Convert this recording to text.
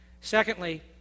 Secondly